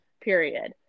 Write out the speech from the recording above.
period